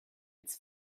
its